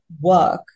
work